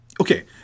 okay